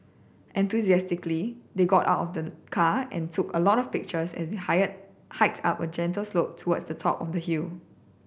enthusiastically they got out of the car and took a lot of pictures as they hiked up a gentle slope towards the top of the hill